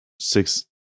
six